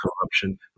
corruption